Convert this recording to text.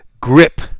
grip